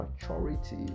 Maturity